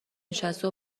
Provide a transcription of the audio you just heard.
نشسته